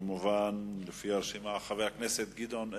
לפי הרשימה, חבר הכנסת גדעון עזרא.